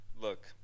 Look